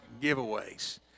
giveaways